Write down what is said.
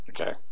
Okay